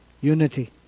unity